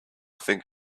think